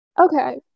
okay